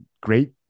great